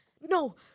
no